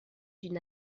d’une